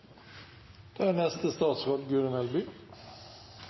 Da er